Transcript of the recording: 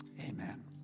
amen